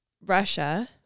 Russia